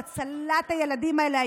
הצלת הילדים האלה,